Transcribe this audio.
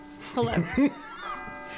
Hello